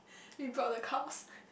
we brought the cows